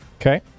Okay